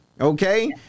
Okay